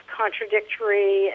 contradictory